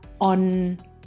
on